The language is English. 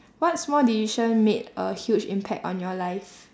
what small decision made a huge impact on your life